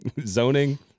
zoning